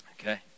Okay